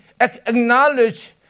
acknowledge